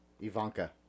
Ivanka